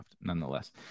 nonetheless